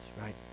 right